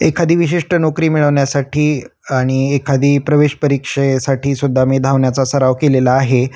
एखादी विशिष्ट नोकरी मिळवण्यासाठी आणि एखादी प्रवेश परीक्षेसाठी सुद्धा मी धावण्याचा सराव केलेला आहे